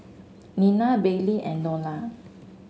Nena Baylie and Nolan